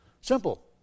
Simple